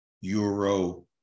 Euro